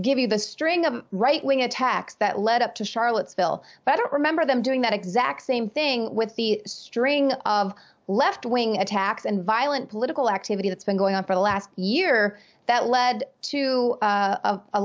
give you the string of right wing attacks that led up to charlottesville better remember them doing that exact same thing with the string of left wing attacks and violent political activity that's been going on for the last year that led to